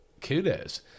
kudos